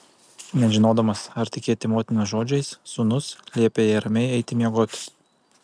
nežinodamas ar tikėti motinos žodžiais sūnus liepė jai ramiai eiti miegoti